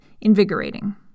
invigorating